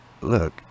look